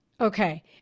Okay